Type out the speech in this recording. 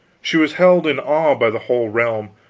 she was held in awe by the whole realm,